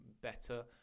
better